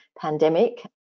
pandemic